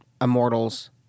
Immortals